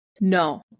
No